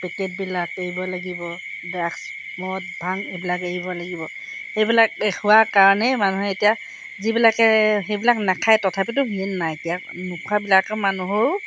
পেকেটবিলাক এৰিব লাগিব ড্ৰাগছ মদ ভাং এইবিলাক এৰিব লাগিব এইবিলাক হোৱাৰ কাৰণেই মানুহে এতিয়া যিবিলাকে সেইবিলাক নাখায় তথাপিতো সেই নাইকিয়া নোখোৱাবিলাক মানুহৰো